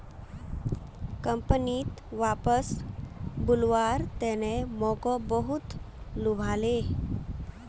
कंपनीत वापस बुलव्वार तने मोक बहुत लुभाले